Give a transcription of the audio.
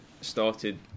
started